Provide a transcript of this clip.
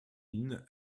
une